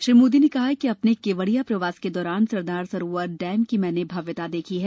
श्री मोदी ने कहा कि अपने केवड़िया प्रवास के दौरान सरदार सरोवर डैम की मैनें भव्यता देखी है